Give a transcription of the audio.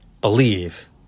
Believe